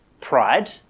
pride